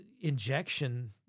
injection